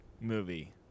movie